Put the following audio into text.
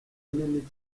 inini